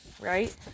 right